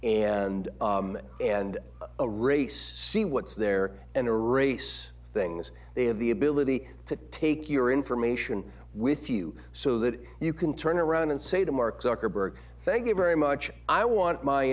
and and a race see what's there in a race things they have the ability to take your information with you so that you can turn around and say to mark zuckerberg thank you very much i want my